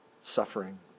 suffering